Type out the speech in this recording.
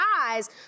eyes